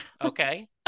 Okay